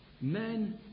men